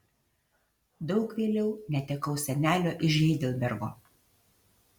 daug vėliau netekau senelio iš heidelbergo